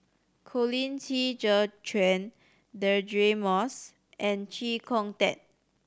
Colin Qi Zhe Quan Deirdre Moss and Chee Kong Tet